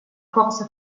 corsa